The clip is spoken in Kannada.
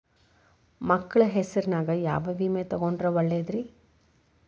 ಮಕ್ಕಳ ಹೆಸರಿನ್ಯಾಗ ಯಾವ ವಿಮೆ ತೊಗೊಂಡ್ರ ಒಳ್ಳೆದ್ರಿ?